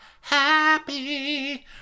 happy